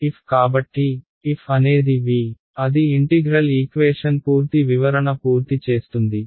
f కాబట్టి f అనేది V అది ఇంటిగ్రల్ ఈక్వేషన్ పూర్తి వివరణ పూర్తి చేస్తుంది